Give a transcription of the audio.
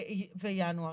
וינואר.